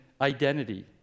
identity